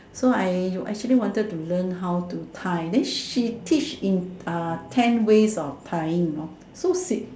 so I actually wanted to learn how to tie then she teach in uh ten ways of tying you know so sweet